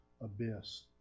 abyss